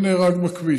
מי נהרג בכביש,